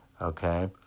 Okay